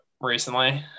recently